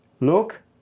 Look